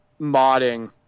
modding